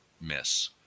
miss